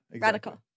Radical